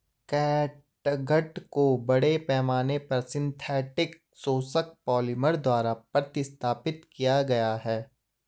catgut को बड़े पैमाने पर सिंथेटिक शोषक पॉलिमर द्वारा प्रतिस्थापित किया गया है